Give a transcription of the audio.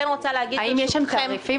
יש שם תעריפים